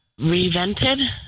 revented